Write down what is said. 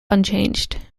unchanged